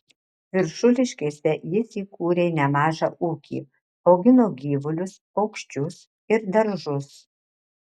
viršuliškėse jis įkūrė nemažą ūkį augino gyvulius paukščius ir daržus